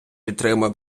підтримує